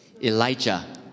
Elijah